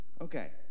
Okay